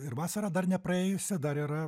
ir vasara dar nepraėjusi dar yra